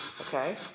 Okay